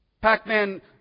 Pac-Man